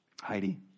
Heidi